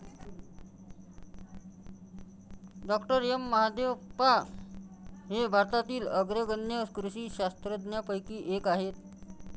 डॉ M Mahadevappa हे भारतातील अग्रगण्य कृषी शास्त्रज्ञांपैकी एक आहेत